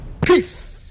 Peace